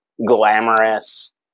Glamorous